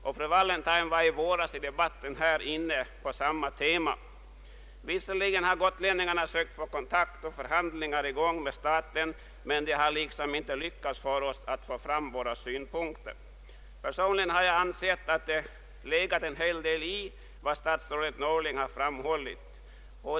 Fru Wallentheim var i våras i debatten inne på samma tema. Visserligen har gotlänningarna försökt att få kontakt och förhandlingar med staten, men det har inte lyckats för oss att föra fram våra synpunkter. Jag har personligen ansett att det har legat en hel del i vad statsrådet Norling framhållit.